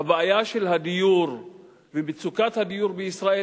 הבעיה של הדיור ומצוקת הדיור בישראל